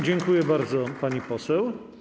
Dziękuję bardzo, pani poseł.